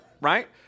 right